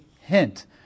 hint